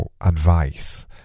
advice